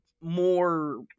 more